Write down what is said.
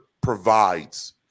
provides